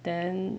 then